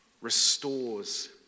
restores